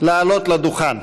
לעלות לדוכן.